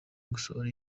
gusohora